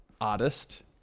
artist